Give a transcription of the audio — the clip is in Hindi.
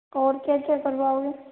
और क्या क्या करवाओगे